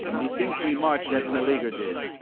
methinks we march as meleager did,